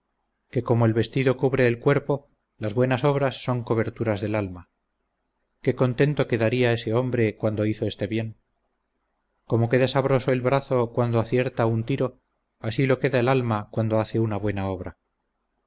que como el vestido cubre el cuerpo las buenas obras son coberturas del alma que contento quedaría ese hombre cuando hizo este bien como queda sabroso el brazo cuando acierta un tiro así lo queda el alma cuando hace una buena obra